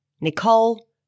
Nicole